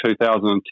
2010